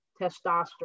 testosterone